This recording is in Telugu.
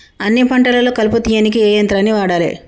అన్ని పంటలలో కలుపు తీయనీకి ఏ యంత్రాన్ని వాడాలే?